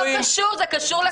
זה לא קשור, זה קשור לקורונה.